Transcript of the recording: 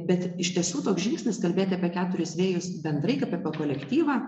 bet iš tiesų toks žingsnis kalbėti apie keturis vėjus bendrai kaip apie kolektyvą